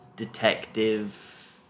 Detective